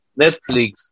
Netflix